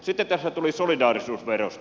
sitten tässä tuli solidaarisuusverosta